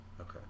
Okay